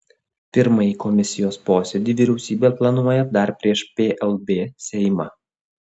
pirmąjį komisijos posėdį vyriausybė planuoja dar prieš plb seimą